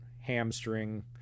hamstring